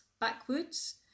backwards